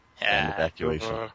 evacuation